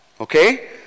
okay